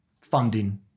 funding